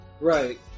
Right